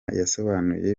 yasobanuye